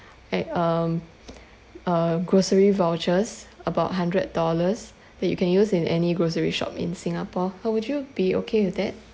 at um uh grocery vouchers about hundred dollars that you can use in any grocery shop in singapore uh would you be okay with that